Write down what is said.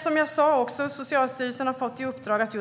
Som jag sa har Socialstyrelsen också fått i uppdrag att